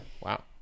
wow